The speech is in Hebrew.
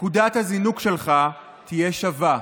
נקודת הזינוק שלך תהיה שווה.